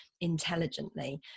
intelligently